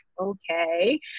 okay